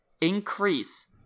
increase